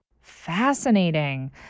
Fascinating